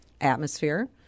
atmosphere